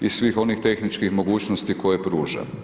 i svih onih tehničkih mogućnosti koje pruža.